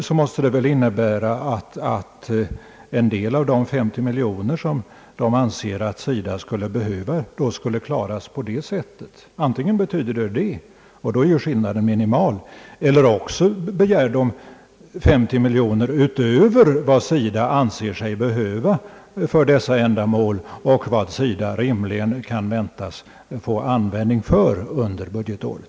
Det måste väl innebära att en del av de 50 miljoner kronor som de anser att SIDA behöver skulle klaras genom en sådan åtgärd. Antingen menar man det — och då är skillnaden minimal — eller också begär man 50 miljoner kronor utöver vad SIDA anser sig behöva för dessa ändamål och vad SIDA rimligen kan väntas få användning för under budgetåret.